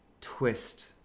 twist